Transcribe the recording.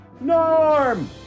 Norm